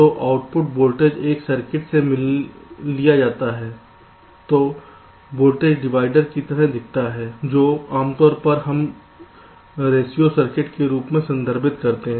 तो output voltage एक circuit से लिया जाता है जो वोल्टेज डिवाइडर की तरह दिखता है जो आमतौर पर हम एक रेशियो सर्किट के रूप में संदर्भित करते हैं